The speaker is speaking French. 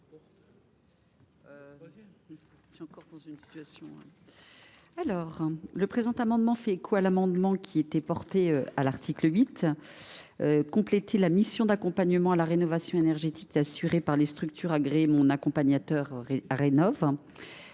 Le présent amendement fait écho à celui que j’ai présenté à l’article 8. Il vise à compléter la mission d’accompagnement à la rénovation énergétique assurée par les structures agréées « Mon Accompagnateur Rénov’